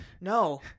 No